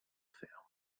fermes